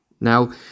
now